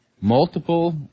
Multiple